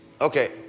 Okay